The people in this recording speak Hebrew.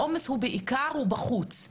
העומס הוא בעיקר בחוץ.